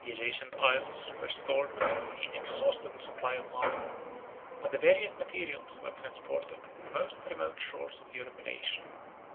the adjacent isles were stored with an inexhaustible supply of marble but the various materials were transported from the most remote shores of europe and asia